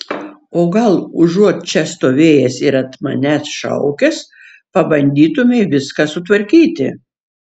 o gal užuot čia stovėjęs ir ant manęs šaukęs pabandytumei viską sutvarkyti